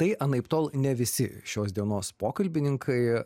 tai anaiptol ne visi šios dienos pokalbininkai